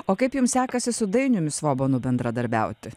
o kaip jums sekasi su dainiumi svobonu bendradarbiauti